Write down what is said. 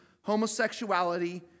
homosexuality